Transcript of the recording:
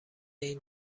این